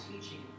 teaching